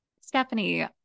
Stephanie